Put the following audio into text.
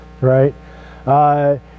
right